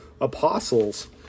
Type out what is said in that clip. apostles